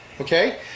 Okay